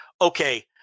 okay